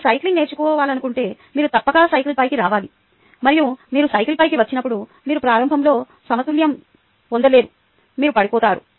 మీరు సైక్లింగ్ నేర్చుకోవాలనుకుంటే మీరు తప్పక సైకిల్పైకి రావాలి మరియు మీరు సైకిల్పైకి వచ్చినప్పుడు మీరు ప్రారంభంలో సమతుల్యం పొందలేరు మీరు పడిపోతారు